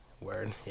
Word